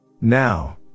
Now